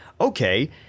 okay